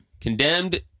Condemned